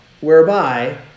whereby